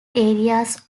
areas